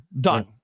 done